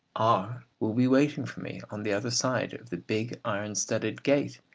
r will be waiting for me on the other side of the big iron-studded gate,